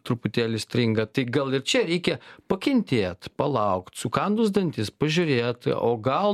truputėlį stringa tai gal ir čia reikia pakentėt palaukt sukandus dantis pažiūrėt o gal